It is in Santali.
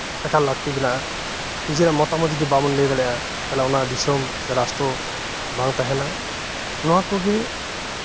ᱮᱠᱟᱞ ᱞᱟᱹᱠᱛᱤ ᱢᱮᱱᱟᱜᱼᱟ ᱡᱮ ᱢᱚᱛᱟᱢᱚᱛ ᱡᱚᱫᱤ ᱵᱟᱵᱚᱱ ᱞᱟᱹᱭ ᱫᱟᱲᱮᱹᱭᱟᱜᱼᱟ ᱛᱟᱦᱚᱞᱮ ᱚᱱᱟ ᱫᱤᱥᱚᱢ ᱥᱮ ᱨᱟᱥᱴᱨᱚ ᱵᱟᱝ ᱛᱟᱦᱮᱱᱟ ᱱᱚᱶᱟ ᱠᱚᱜᱮ